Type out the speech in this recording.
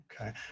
Okay